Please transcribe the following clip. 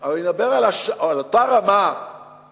אבל אני מדבר על אותה רמה בסיסית